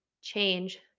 change